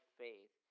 faith